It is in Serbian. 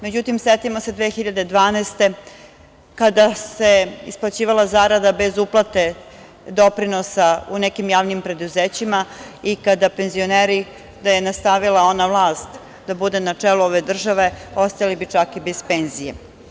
Međutim, setimo se 2012. godine, kada se isplaćivala zarada bez uplate doprinosa u nekim javnim preduzećima, da je nastavila ona vlast da bude na čelo ove države . penzioneri bi ostali čak i bez penzije.